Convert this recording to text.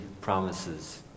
promises